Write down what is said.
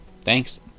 thanks